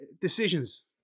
decisions